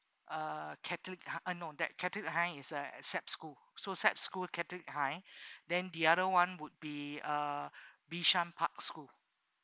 uh catholic high uh no that catholic high is a sap school so sap school catholic high then the other one would be uh bishan park school